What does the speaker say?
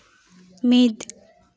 ᱢᱤᱫ